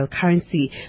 currency